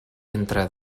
entre